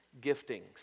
giftings